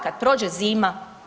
Kad prođe zima?